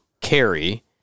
carry